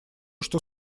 что